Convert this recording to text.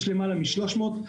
יש למעלה מ-300.